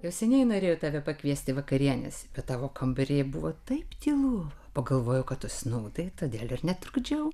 jau seniai norėjau tave pakviesti vakarienės bet tavo kambaryje buvo taip tylu pagalvojau kad užsnūdai todėl ir netrukdžiau